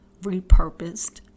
Repurposed